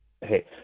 Hey